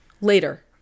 later